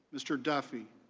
mr. duffy,